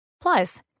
Plus